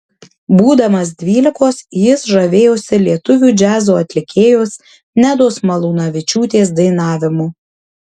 būdamas dvylikos jis žavėjosi lietuvių džiazo atlikėjos nedos malūnavičiūtės dainavimu